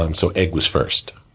um so, egg was first.